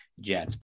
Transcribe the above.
Jets